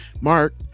Mark